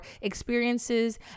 experiences